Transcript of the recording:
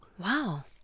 Wow